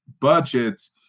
budgets